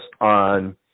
on